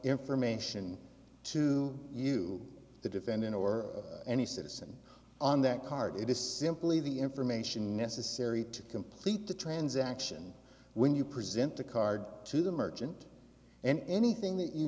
information to you the defendant or any citizen on that card it is simply the information necessary to complete the transaction when you present the card to the merchant and anything that you